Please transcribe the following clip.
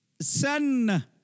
sun